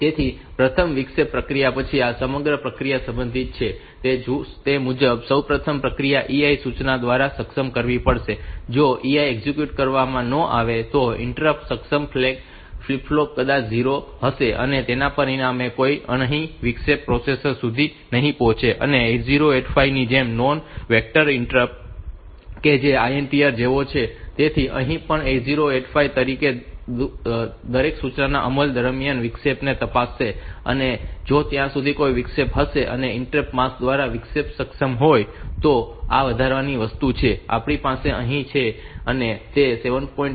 તેથી પ્રથમ વિક્ષેપ પ્રક્રિયા પછી આ સમગ્ર પ્રક્રિયા સંબંધિત છે તે મુજબ સૌપ્રથમ પ્રક્રિયા EI સૂચનાઓ દ્વારા સક્ષમ કરવી પડશે જો EI એક્ઝિક્યુટ કરવામાં ન આવે તો તે ઇન્ટરપ્ટ સક્ષમ ફ્લેગ ફ્લિપ ફ્લોપ કદાચ 0 હશે અને તેના પરિણામે કોઈ નહીં વિક્ષેપ પ્રોસેસર સુધી નહીં પહોંચે અને 8085 ની જેમ નોન વેક્ટર ઇન્ટરપ્ટ કે જે INTR જેવો છે તેથી અહીં પણ 8085 દરેક સૂચનાના અમલ દરમિયાન વિક્ષેપને તપાસશે અને જો ત્યાં કોઈ વિક્ષેપ હશે અને ઇન્ટરપ્ટ માસ્ક દ્વારા વિક્ષેપ સક્ષમ હોય તો આ વધારાની વસ્તુ છે જે આપણી પાસે અહીં છે અને તે M 7